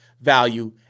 value